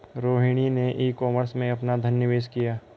रोहिणी ने e commerce में अपना धन निवेश किया